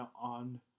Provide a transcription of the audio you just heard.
on